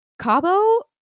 Cabo